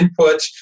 inputs